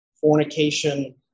fornication